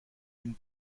une